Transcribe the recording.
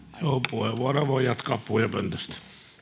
puheenvuoroa voi jatkaa puhujapöntöstä